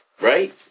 Right